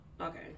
Okay